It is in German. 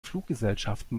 fluggesellschaften